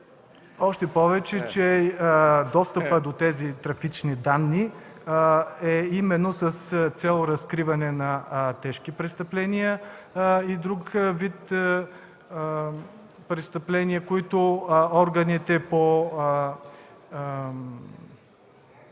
Още повече, достъпът до трафичните данни е именно с цел разкриване на тежки престъпления и друг вид престъпления, които органите по